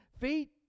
feet